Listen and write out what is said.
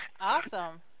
Awesome